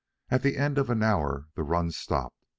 at the end of an hour the run stopped.